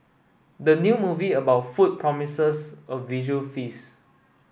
the new movie about food promises a visual feast